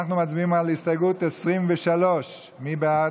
אנחנו מצביעים על הסתייגות 23. מי בעד?